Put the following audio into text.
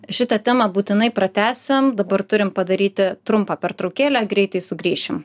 šitą temą būtinai pratęsim dabar turim padaryti trumpą pertraukėlę greitai sugrįšim